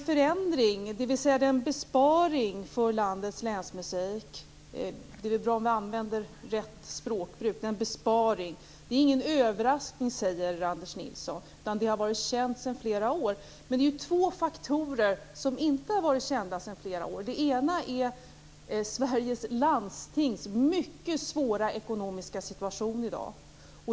Förändringen, dvs. besparingen - det är bra om vi använder rätt språkbruk - för landets länsmusik är ingen överraskning, säger Anders Nilsson, utan den har varit känd sedan flera år. Men det är ju två faktorer som inte har varit kända sedan flera år. Den ena är Sveriges landstings mycket svåra ekonomiska situation i dag.